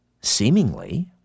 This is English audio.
seemingly